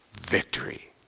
victory